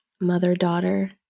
mother-daughter